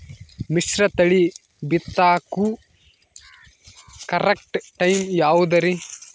ಮಿಶ್ರತಳಿ ಬಿತ್ತಕು correct time ಯಾವುದರಿ?